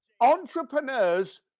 Entrepreneurs